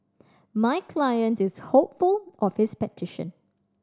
my client is hopeful of his petition